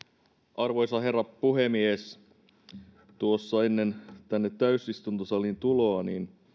arvoisa herra puhemies ennen tänne täysistuntosaliin tuloa